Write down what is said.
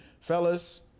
Fellas